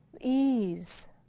ease